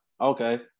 Okay